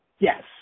Yes